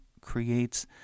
creates